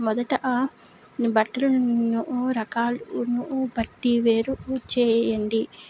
మొదట నీ బట్టలను రకాలను బట్టి వేరు చేయండి